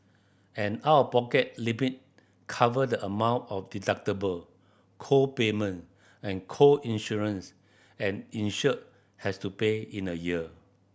an out of pocket limit cover the amount of deductible co payment and co insurance an insured has to pay in a year